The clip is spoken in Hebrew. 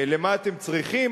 למה אתם צריכים?